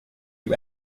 you